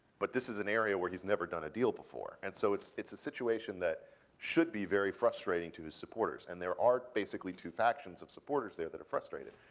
but this is an area where he's never done a deal before, and so it's it's a situation that should be very frustrating to his supporters. and there are basically two factions of supporters there that are frustrated.